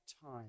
time